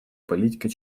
политикой